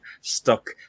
stuck